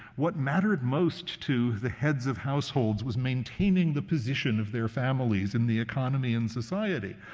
what mattered most to the heads of households was maintaining the position of their families in the economy and society.